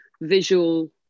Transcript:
visual